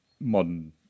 modern